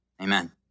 Amen